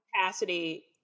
capacity